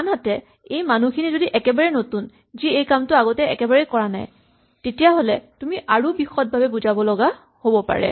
আনহাতে এই মানুহখিনি যদি একেবাৰে নতুন যি এই কামটো আগতে একেবাৰেই কৰা নাই তেতিয়াহ'লে তুমি আৰু বিশদভাৱে বুজাবলগা হ'ব পাৰে